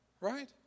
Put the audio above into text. right